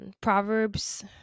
proverbs